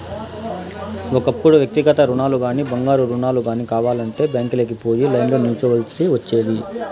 ఒకప్పుడు వ్యక్తిగత రుణాలుగానీ, బంగారు రుణాలు గానీ కావాలంటే బ్యాంకీలకి పోయి లైన్లో నిల్చోవల్సి ఒచ్చేది